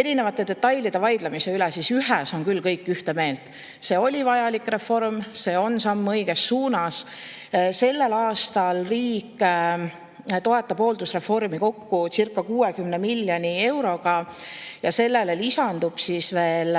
erinevate detailide üle vaidlemisele on ühes küll kõik ühte meelt: see oli vajalik reform, see on samm õiges suunas. Sellel aastal riik toetab hooldusreformi kokkucirca60 miljoni euroga ja sellele lisandub veel